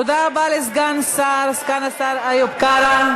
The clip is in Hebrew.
תודה רבה לסגן השר איוב קרא.